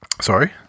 sorry